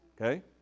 Okay